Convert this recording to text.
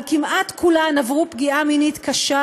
אבל כמעט כולן עברו פגיעה מינית קשה